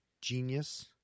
Genius